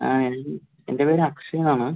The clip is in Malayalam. ഹായ് എൻ്റെ പേര് അക്ഷയ് എന്ന് ആണ്